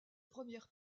première